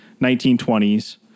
1920s